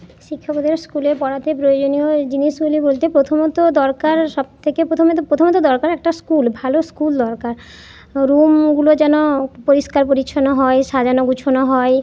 শিক্ষকদের স্কুলে পড়াতে প্রয়োজনীয় জিনিসগুলি বলতে প্রথমত দরকার সব থেকে প্রথমে তো প্রথমে তো দরকার একটা স্কুল ভালো স্কুল দরকার রুমগুলো যেন পরিষ্কার পরিচ্ছন্ন হয় সাজানো গুছোনো হয়